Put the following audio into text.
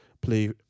play